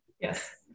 yes